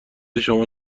شما